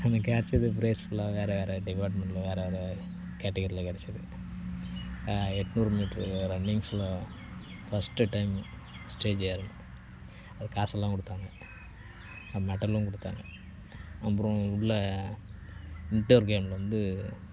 அங்கே கிடச்சது prize full வேறு வேறு டிபார்ட்மெண்ட்டில் வேறு வேறு கேட்டகிரியில் கிடச்சிது எட்நூறு மீட்டர் ரன்னிங்ஸில் ஃபர்ஸ்ட் டைம் ஸ்டேஜ் ஏறினேன் அதுக்கு காசெல்லாம் கொடுத்தாங்க மெடலும் கொடுத்தாங்க அப்புறம் உள்ளே இண்டர்கேமில் வந்து